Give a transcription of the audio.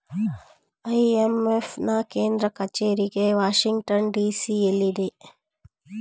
IMF ನಾ ಕೇಂದ್ರ ಕಚೇರಿಗೆ ವಾಷಿಂಗ್ಟನ್ ಡಿ.ಸಿ ಎಲ್ಲಿದೆ